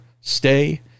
Stay